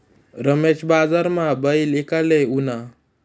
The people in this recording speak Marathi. रमेश बजारमा बैल ईकाले ऊना